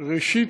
ראשית,